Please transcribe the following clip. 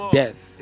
death